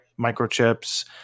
microchips